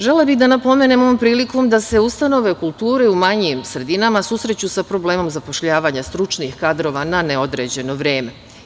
Želela bih da napomenem ovom prilikom da se ustanove kulture u manjim sredinama susreću sa problemom zapošljavanja stručnih kadrova na neodređeno vreme.